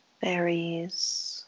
berries